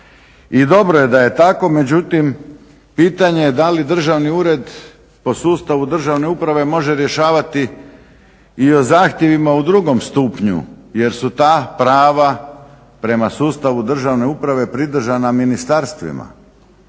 I dobro je da je tako, međutim pitanje je da li državni ured po sustavu državne uprave može rješavati o zahtjevima u drugom stupnju jer su ta prava prema sustavu državne uprave pridržana ministarstvima